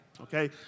Okay